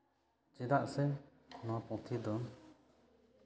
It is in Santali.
ᱪᱮᱫᱟᱜ ᱥᱮ ᱱᱚᱣᱟ ᱯᱩᱛᱷᱤ ᱫᱚ